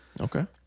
Okay